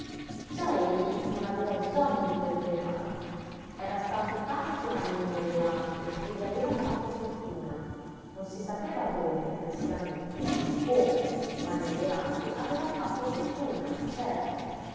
già egli non aveva bisogno di quel denaro era stato tanti anni nel levante e vi aveva fatto fortuna non si sapeva dove precisamente né come ma nel levante aveva fatto fortuna certo